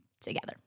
together